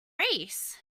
race